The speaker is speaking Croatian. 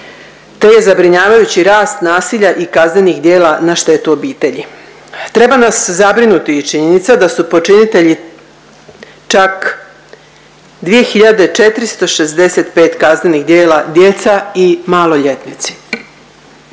te je zabrinjavajući rast nasilja i kaznenih djela na štetu obitelji. Treba nas zabrinuti i činjenica da su počinitelji čak 2.465 kaznenih djela djeca i maloljetnici.